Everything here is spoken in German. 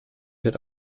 wird